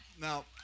Now